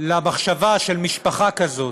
למחשבה של משפחה כזו,